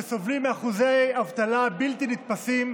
שסובלים מאחוזי אבטלה בלתי נתפסים,